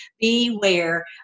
beware